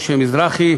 משה מזרחי,